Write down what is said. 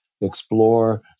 explore